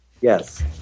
Yes